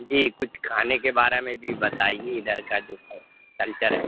جی کچھ کھانے کے بارے میں بھی بتائیے ادھر کا جو کلچر ہے